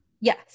Yes